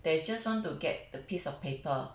they just want to get the piece of paper